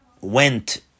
went